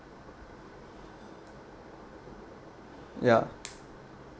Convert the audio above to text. ya